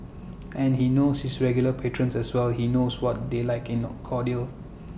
and he knows his regular patrons as well he knows what they like in cordial